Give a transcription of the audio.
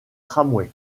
tramway